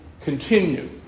continue